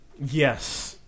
Yes